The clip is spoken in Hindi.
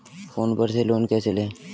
फोन पर से लोन कैसे लें?